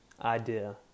idea